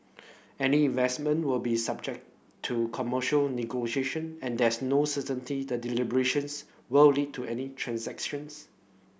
any investment will be subject to commercial negotiation and there's no certainty the deliberations will lead to any transactions